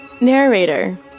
Narrator